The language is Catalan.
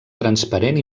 transparent